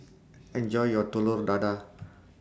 enoy your Telur Dadah